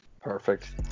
Perfect